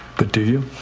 but do you?